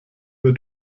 mir